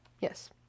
yes